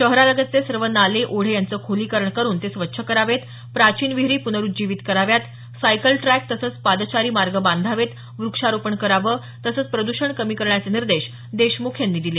शहरालगतचे सर्व नाले ओढे यांचं खोलीकरण करून ते स्वच्छ करावेत प्राचीन विहीरी प्नरुज्जीवीत कराव्यात सायकल ट्रॅक तसंच पादचारी मार्ग बांधावेत व्रक्षारोपण करावं तसंच प्रद्षण कमी करण्याचे निर्देश देशमुख यांनी दिले